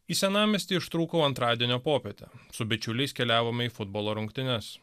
į senamiestį ištrūkau antradienio popietę su bičiuliais keliavome į futbolo rungtynes